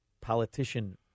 politician